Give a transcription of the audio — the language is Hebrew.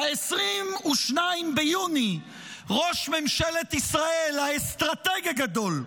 ב-22 ביוני ראש ממשלה ישראל, האסטרטג הגדול,